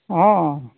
ᱦᱮᱸ